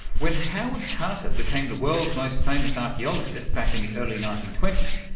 when howard carter became the world's most famous archaeologist back in the early nineteen twenty s,